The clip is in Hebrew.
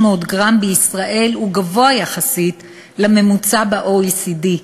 גרם בישראל הוא גבוה יחסית לממוצע ב-OECD,